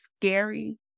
scary